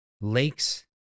lakes